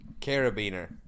Carabiner